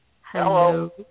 Hello